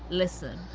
listen,